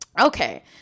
okay